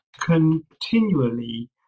continually